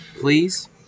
Please